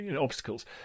obstacles